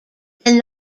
then